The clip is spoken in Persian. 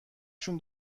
شون